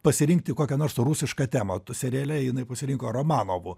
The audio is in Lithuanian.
pasirinkti kokią nors rusišką temą tu seriale jinai pasirinko romanovo